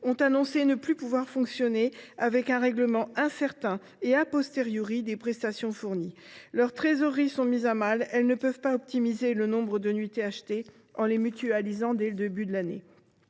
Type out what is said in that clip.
ont annoncé ne plus pouvoir fonctionner avec un règlement incertain et des prestations fournies. Leurs trésoreries sont mises à mal. Elles ne peuvent pas optimiser le nombre de nuitées achetées, en les mutualisant dès le début de l’année.